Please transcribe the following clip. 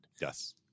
Yes